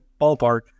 ballpark